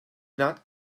not